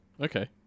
Okay